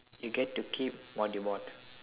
you get to keep what you bought